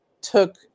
took